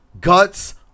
guts